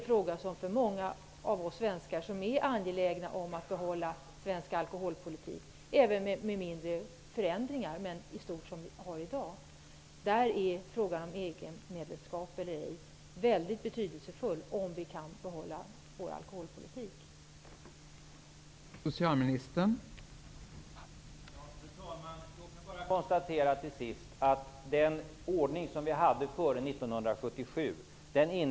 För många av oss svenskar som är angelägna om att behålla svensk alkoholpolitik i stort sett som den är i dag, kanske med några smärre förändringar, är det mycket betydelsefullt att veta om det går att göra det vid ett